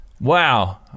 Wow